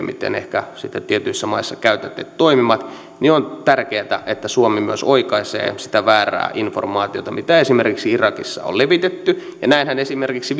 miten ehkä sitten tietyissä maissa käytänteet toimivat niin on tärkeätä että suomi myös oikaisee sitä väärää informaatiota mitä esimerkiksi irakissa on levitetty ja näinhän esimerkiksi